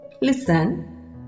Listen